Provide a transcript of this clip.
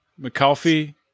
McAuliffe